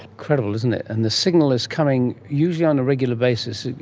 incredible, isn't it. and the signal is coming usually on a regular basis,